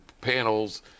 panels